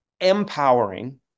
empowering